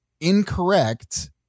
incorrect